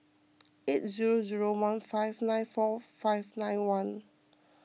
eight zero zero one five nine four five nine one